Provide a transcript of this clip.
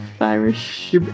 Irish